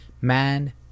Man